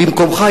במקומך,